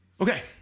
Okay